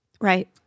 Right